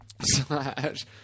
Slash